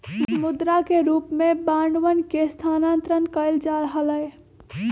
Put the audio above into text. मुद्रा के रूप में बांडवन के स्थानांतरण कइल जा हलय